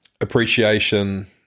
Appreciation